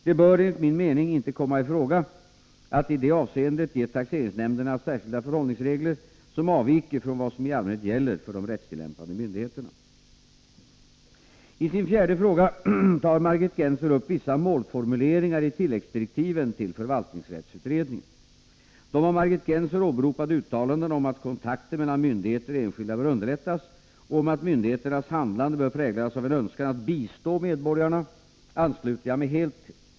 Det bör enligt min mening inte komma i fråga att i detta avseende ge taxeringsnämnderna särskilda förhållningsregler som avviker från vad som i allmänhet gäller för de rättstillämpande myndigheterna. I sin fjärde fråga tar Margit Gennser upp vissa målformuleringar i tilläggsdirektiven till förvaltningsrättsutredningen . De av Margit Gennser åberopade uttalandena om att kontakten mellan myndigheter och enskilda bör underlättas och om att myndigheternas handlande bör präglas av en önskan att bistå medborgarna ansluter jag mig helt till.